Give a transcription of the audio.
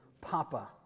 Papa